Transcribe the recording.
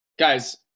Guys